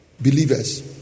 believers